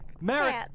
Merrick